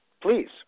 Please